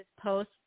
post